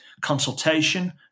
consultation